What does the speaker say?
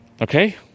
Okay